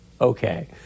Okay